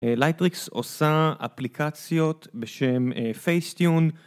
לייטריקס עושה אפליקציות בשם פייסטיון